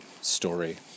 story